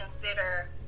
Consider